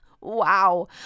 Wow